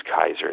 Kaiser